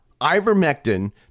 ivermectin